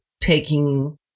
taking